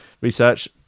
Research